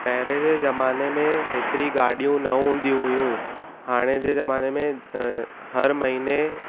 पहिरें जे ज़माने में एतिरी गाॾियूं न हूंदी हुयूं हाणे जे ज़माने में अ हर महिने